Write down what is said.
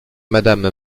madame